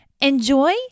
Enjoy